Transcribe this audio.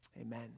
amen